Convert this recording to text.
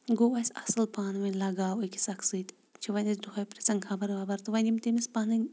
گوٚو اسہِ اصل پانہٕ ؤنۍ لگاو أکِس اکھ سۭتۍ چھ وۄنۍ أسۍ دُہٕے پرژھان خبر وبر تہٕ وۄنۍ یم تٔمِس پنٕنۍ